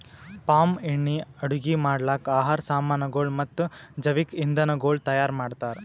palm ಎಣ್ಣಿ ಅಡುಗಿ ಮಾಡ್ಲುಕ್, ಆಹಾರ್ ಸಾಮನಗೊಳ್ ಮತ್ತ ಜವಿಕ್ ಇಂಧನಗೊಳ್ ತೈಯಾರ್ ಮಾಡ್ತಾರ್